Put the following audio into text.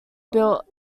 built